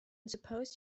suppose